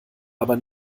aber